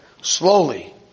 slowly